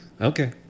Okay